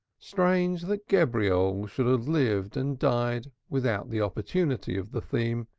strange that gebirol should have lived and died without the opportunity of the theme,